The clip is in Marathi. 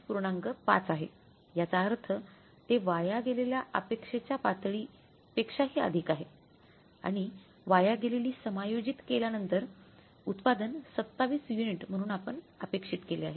5 आहे याचा अर्थ ते वाया गेलेल्या अपेक्षेच्या पातळी पेक्षाही अधिक आहे आणि वाया गेलेली समायोजित केल्यानंतर उत्पादन 27 युनिट म्हणून आपण अपेक्षित केले आहे